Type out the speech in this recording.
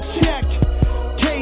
check